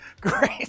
Great